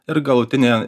ir galutinė